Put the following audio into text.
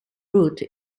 route